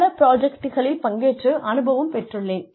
பல புராஜெக்ட்களில் பங்கேற்று அனுபவம் பெற்றுள்ளேன்